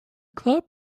club